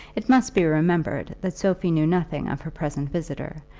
it must be remembered that sophie knew nothing of her present visitor,